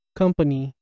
company